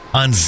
on